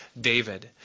David